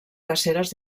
caceres